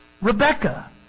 Rebecca